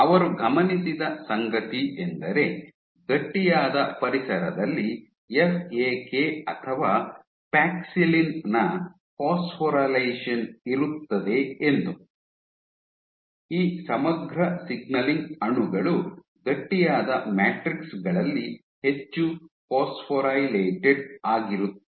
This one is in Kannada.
ಅವರು ಗಮನಿಸಿದ ಸಂಗತಿಯೆಂದರೆ ಗಟ್ಟಿಯಾದ ಪರಿಸರದಲ್ಲಿ ಎಫ್ಎಕೆ ಅಥವಾ ಪ್ಯಾಕ್ಸಿಲಿನ್ ನ ಫಾಸ್ಫೊರಿಲೇಷನ್ ಇರುತ್ತದೆ ಎಂದು ಈ ಸಮಗ್ರ ಸಿಗ್ನಲಿಂಗ್ ಅಣುಗಳು ಗಟ್ಟಿಯಾದ ಮ್ಯಾಟ್ರಿಕ್ಸ್ ಗಳಲ್ಲಿ ಹೆಚ್ಚು ಫಾಸ್ಫೊರಿಲೇಟೆಡ್ ಆಗಿರುತ್ತವೆ